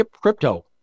Crypto